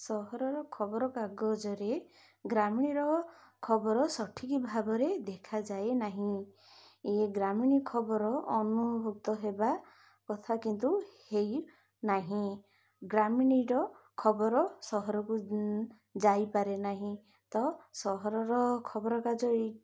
ସହରର ଖବରକାଗଜରେ ଗ୍ରାମୀଣର ଖବର ସଠିକ୍ ଭାବରେ ଦେଖାଯାଏ ନାହିଁ ଇଏ ଗ୍ରାମୀଣ ଖବର ଅନ୍ତର୍ଭୁକ୍ତ ହେବା କଥା କିନ୍ତୁ ହେଇନାହିଁ ଗ୍ରାମୀଣର ଖବର ସହରକୁ ଯାଇପାରେ ନାହିଁ ତ ସହରର ଖବରକାଗଜ ଏଇ